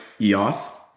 EOS